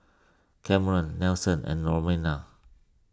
Cameron Nelson and Ramona